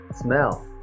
Smell